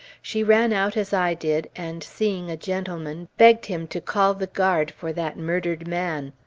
she ran out as i did, and seeing a gentleman, begged him to call the guard for that murdered man.